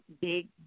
big